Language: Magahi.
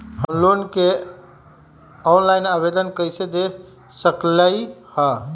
हम लोन के ऑनलाइन आवेदन कईसे दे सकलई ह?